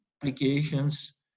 applications